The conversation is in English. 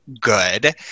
good